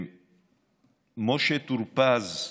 משה טור פז,